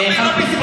גם היא לא מתביישת.